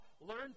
Learn